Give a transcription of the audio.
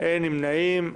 אין נמנעים.